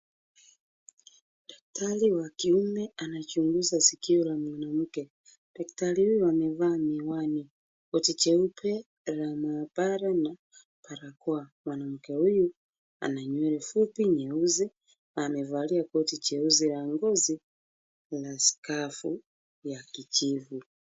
Daktari wa kiume anachunguza sikio la mwanamke. Daktari huyu amevaa miwani, koti jeupe la maabara na barakoa. Mwanamke huyu ana nywele fupi nyeusi na amevalia koti jeusi ya ngozi na skafu ya kijivu.